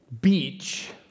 Beach